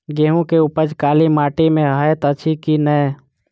गेंहूँ केँ उपज काली माटि मे हएत अछि की नै?